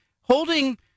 holding